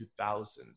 2000s